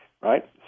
right